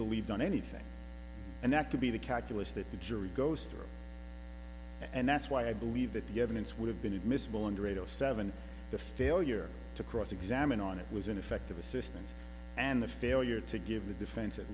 believed on anything and that could be the calculus that the jury goes through and that's why i believe that the evidence would have been admissible under eight zero seven the failure to cross examine on it was ineffective assistance and the failure to give the defense at